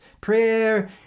Prayer